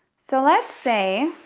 so let's say